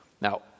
Now